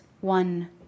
one